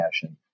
passion